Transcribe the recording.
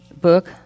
book